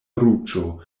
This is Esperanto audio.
ruĝo